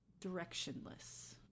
directionless